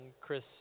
Chris